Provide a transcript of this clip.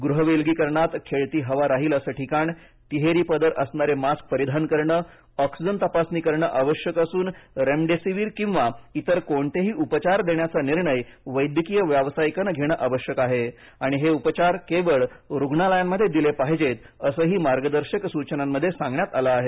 गृहविलगीकरणात खेळती हवा राहिल असे ठिकाणतिहेरी पदर असणारे मास्क परिधान करणेऑक्सिजन तपासणी करण आवश्यक असून रेमडेसीवीर किंवा इतर कोणतेही उपचार देण्याचा निर्णय वैद्यकीय व्यावसायिकाने घेणे आवश्यक आहे आणि हे उपचार केवळ रुग्णालयामध्ये दिले पाहिजेत असंही मार्गदर्शक सूचनामध्ये सांगण्यात आलं आहे